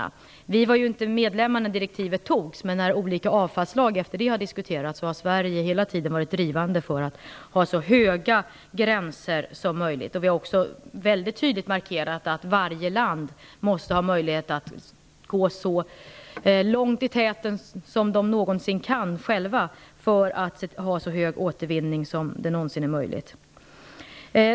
Vi var ju inte medlemmar när direktivet antogs, men när olika avfallslagar senare har diskuterats, har Sverige hela tiden varit drivande för att det skall bli så höga gränser som möjligt. Vi har också väldigt tydligt markerat att varje land måste ha möjlighet att självt så långt möjligt gå i täten för en så hög återvinning som det någonsin är möjligt.